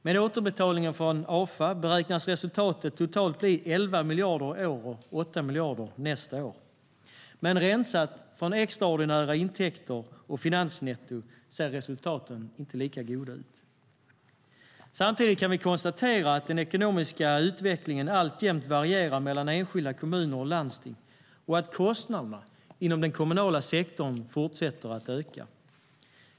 Med återbetalningen från Afa beräknas resultatet bli totalt 11 miljarder i år och 8 miljarder nästa år. Men rensade från extraordinära intäkter och finansnettot ser resultaten inte lika goda ut. Samtidigt kan vi konstatera att den ekonomiska utvecklingen alltjämt varierar mellan enskilda kommuner och landsting och att kostnaderna inom den kommunala sektorn fortsätter att öka.